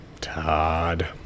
Todd